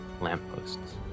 lampposts